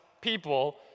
people